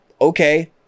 Okay